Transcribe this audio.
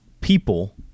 people